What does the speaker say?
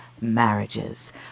marriages